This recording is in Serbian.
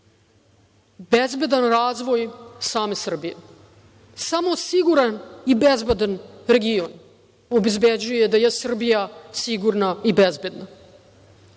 bezbedan razvoj same Srbije. Samo siguran i bezbedan region obezbeđuje da je Srbija sigurna i bezbedna.